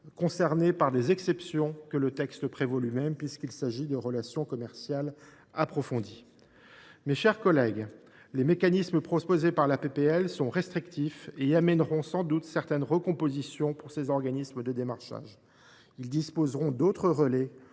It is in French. dans le cadre des exceptions que le texte prévoit lui même puisqu’ils concernent des relations commerciales approfondies. Mes chers collègues, les mécanismes proposés dans la proposition de loi sont restrictifs et entraîneront sans doute certaines recompositions pour ces organismes de démarchage. Ils disposeront d’autres relais,